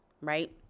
right